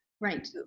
right